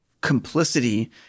complicity